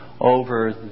over